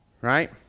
right